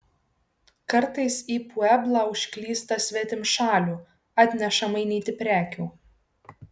kartais į pueblą užklysta svetimšalių atneša mainyti prekių